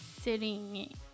sitting